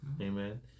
amen